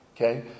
okay